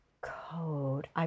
code